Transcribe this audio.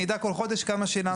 אני אדע כל חודש כמה שילמתי.